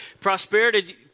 Prosperity